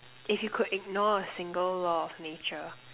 if you could ignore a single law of nature